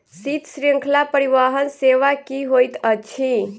शीत श्रृंखला परिवहन सेवा की होइत अछि?